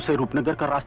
so roopnagar ah